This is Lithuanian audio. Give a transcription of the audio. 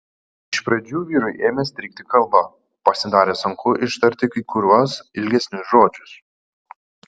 iš pradžių vyrui ėmė strigti kalba pasidarė sunku ištarti kai kuriuos ilgesnius žodžius